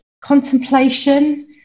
contemplation